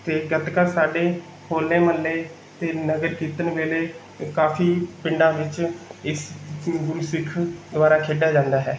ਅਤੇ ਗੱਤਕਾ ਸਾਡੇ ਹੋਲੇ ਮਹੱਲੇ 'ਤੇ ਨਗਰ ਕੀਰਤਨ ਵੇਲੇ ਕਾਫੀ ਪਿੰਡਾਂ ਵਿੱਚ ਇਸ ਗੁਰਸਿੱਖ ਦੁਆਰਾ ਖੇਡਿਆ ਜਾਂਦਾ ਹੈ